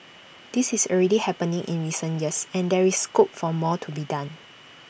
this is already happening in recent years and there is scope for more to be done